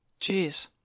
Jeez